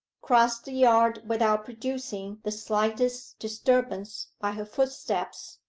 crossed the yard without producing the slightest disturbance by her footsteps,